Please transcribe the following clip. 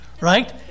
Right